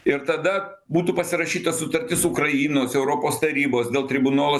ir tada būtų pasirašyta sutartis su ukrainos europos tarybos dėl tribunolo